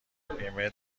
بیمه